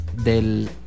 del